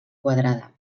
quadrada